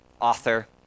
author